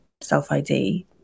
self-ID